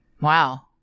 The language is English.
Wow